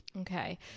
Okay